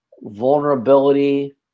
vulnerability